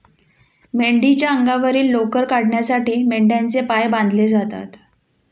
मेंढीच्या अंगावरील लोकर काढण्यासाठी मेंढ्यांचे पाय बांधले जातात